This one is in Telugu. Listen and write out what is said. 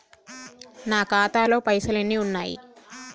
నా ఖాతాలో పైసలు ఎన్ని ఉన్నాయి?